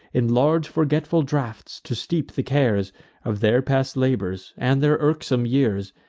in large forgetful draughts to steep the cares of their past labors, and their irksome years,